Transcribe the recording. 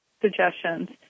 suggestions